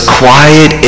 quiet